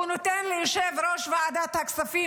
הוא נותן ליושב-ראש ועדת הכספים,